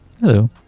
Hello